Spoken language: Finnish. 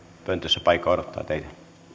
pöntössä paikka odottaa teitä